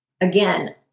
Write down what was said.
Again